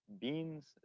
beans